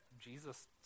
Jesus